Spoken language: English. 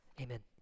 amen